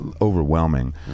overwhelming